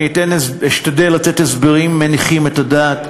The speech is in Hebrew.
אני אשתדל לתת הסברים מניחים את הדעת.